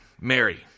Mary